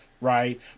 right